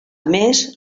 més